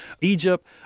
Egypt